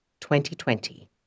2020